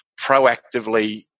proactively